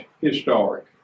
historic